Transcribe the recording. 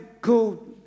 cool